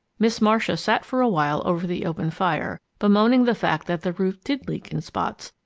miss marcia sat for a while over the open fire, bemoaning the fact that the roof did leak in spots,